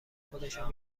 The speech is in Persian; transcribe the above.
خودشان